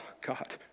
God